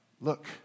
look